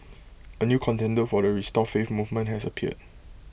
A new contender for the restore faith movement has appeared